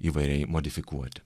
įvairiai modifikuoti